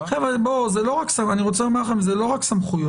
אני רוצה לומר לכם שאלה לא רק סמכויות.